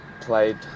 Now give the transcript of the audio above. played